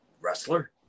wrestler